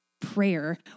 prayer